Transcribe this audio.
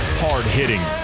hard-hitting